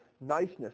niceness